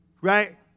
Right